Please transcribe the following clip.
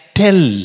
tell